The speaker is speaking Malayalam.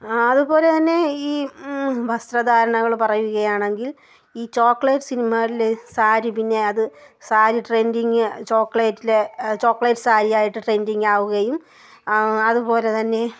അതുപോലെ തന്നെ ഈ വസ്ത്രധാരണകൾ പറയുകയാണെങ്കിൽ ഈ ചോക്ലേറ്റ് സിനിമകളിൽ സാരി പിന്നെ അത് സാരി ട്രൻഡിങ് ചോക്ലേറ്റിലെ ചോക്ലേറ്റ് സാരി ആയിട്ട് ട്രെൻഡിങ് ആവുകയും അതുപോലെ തന്നെ